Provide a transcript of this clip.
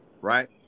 right